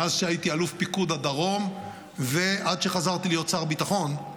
מאז שהייתי אלוף פיקוד הדרום ועד שחזרתי להיות שר ביטחון,